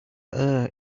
err